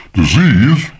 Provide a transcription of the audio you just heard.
disease